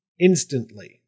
instantly